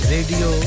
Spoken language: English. Radio